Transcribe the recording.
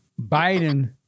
Biden